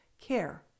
care